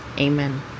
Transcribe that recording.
Amen